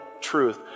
truth